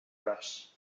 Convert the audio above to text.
press